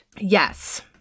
Yes